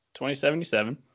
2077